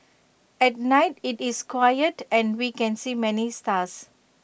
at night IT is quiet and we can see many stars